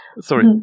Sorry